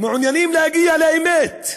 מעוניינים להגיע לאמת.